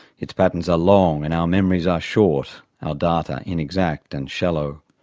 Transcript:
its patterns are long and our memories are short, our data inexact and shallow.